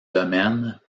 domaine